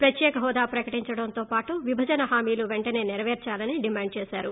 ప్రత్యేక హోదా ప్రకటించడంతో పాటు విభజన హామీలు పెంటనే నెరపేర్సాలని డిమాండ్ చేశారు